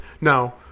Now